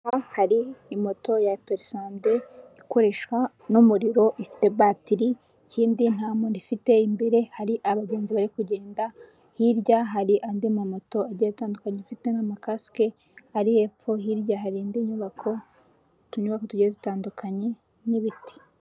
Aha hari moto ya pelesande ikoreshwa n'umuriro, ifite batiri kindi ntamuntu ifite, imbere hari abagenzi bari kugenda, hirya hari andi mamoto agiye atandukanye afite n'amakasike, ari hepfo, hirya hari indi nyubako, utunyubako tugiye dutandukanye n'ibiti.